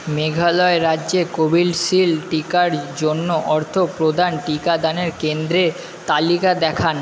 মেঘালয় রাজ্যে কোভিশিল্ড টিকার জন্য অর্থ প্রদান টিকাদানের কেন্দ্রের তালিকা দেখান